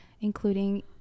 including